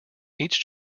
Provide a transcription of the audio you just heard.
each